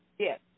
Yes